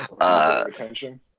Attention